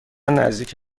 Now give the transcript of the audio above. نزدیک